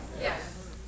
Yes